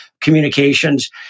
communications